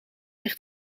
weer